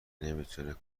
نمیتونه